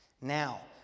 Now